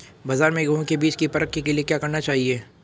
बाज़ार में गेहूँ के बीज की परख के लिए क्या करना चाहिए?